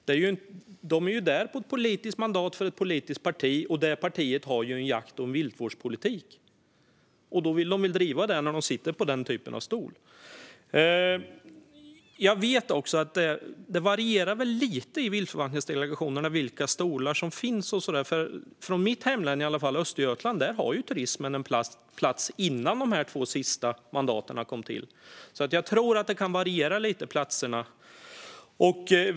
De är ju där på ett politiskt mandat för ett politiskt parti, och det partiet har ju en jakt och viltvårdspolitik. Då vill de väl driva denna politik när de sitter på den typen av stol. Det varierar väl lite i viltförvaltningsdelegationerna i fråga om vilka stolar som finns. I mitt hemlän Östergötland hade turismen en plats redan innan dessa två sista mandat kom till, så jag tror att platserna kan variera lite mellan olika viltförvaltningsdelegationer.